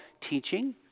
teaching